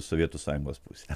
sovietų sąjungos pusę